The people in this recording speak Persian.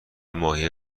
ماهی